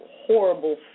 horrible